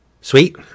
Sweet